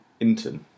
Inton